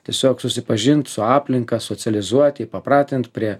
tiesiog susipažinti su aplinka socializuoti pratinti prie